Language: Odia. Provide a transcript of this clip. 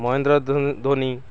ମହେନ୍ଦ୍ର ଧୋନି